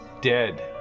Dead